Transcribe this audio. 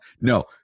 No